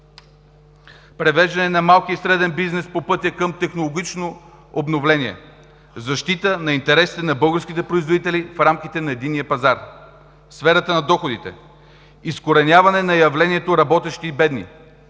превеждане на малкия и среден бизнес по пътя към технологично обновление, защита на интересите на българските производители в рамките на единния пазар. В сферата на доходите, изкореняване на явлението работещи и бедни.